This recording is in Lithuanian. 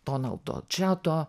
donaldo džiato